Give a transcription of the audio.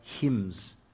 hymns